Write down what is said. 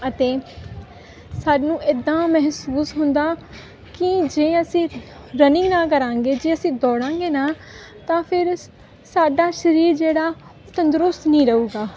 ਅਤੇ ਸਾਨੂੰ ਇੱਦਾਂ ਮਹਿਸੂਸ ਹੁੰਦਾ ਕਿ ਜੇ ਅਸੀਂ ਰਨਿੰਗ ਨਾ ਕਰਾਂਗੇ ਜੇ ਅਸੀਂ ਦੌੜਾਂਗੇ ਨਾ ਤਾਂ ਫਿਰ ਸਾਡਾ ਸਰੀਰ ਜਿਹੜਾ ਤੰਦਰੁਸਤ ਨਹੀਂ ਰਹੂਗਾ